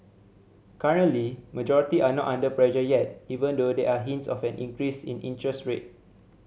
currently majority are not under pressure yet even though there are hints of an increase in interest rate